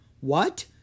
What